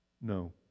no